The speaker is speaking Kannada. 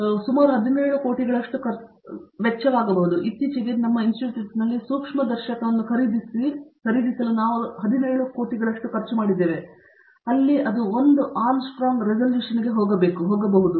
ಇದು ಸುಮಾರು 17 ಕೋಟಿಗಳಷ್ಟು ಹೆಚ್ಚಾಗಬಹುದು ನಾವು ಇತ್ತೀಚಿಗೆ ನಮ್ಮ ಇನ್ಸ್ಟಿಟ್ಯೂಟ್ನಲ್ಲಿ ಸೂಕ್ಷ್ಮದರ್ಶಕವನ್ನು ಖರೀದಿಸಿ ಸುಮಾರು 17 ಕೋಟಿಗಳಷ್ಟು ಖರ್ಚು ಮಾಡಿದ್ದೇವೆ ಅಲ್ಲಿ ಅದು 1 ಆಂಸ್ಟ್ರೊಮ್ ರೆಸಲ್ಯೂಶನ್ಗೆ ಹೋಗಬಹುದು